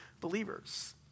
believers